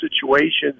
situations